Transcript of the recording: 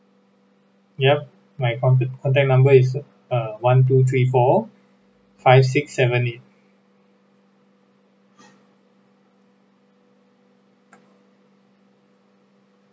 yup my conta~ contact number is uh one two three four five six seven eight